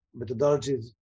methodologies